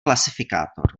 klasifikátor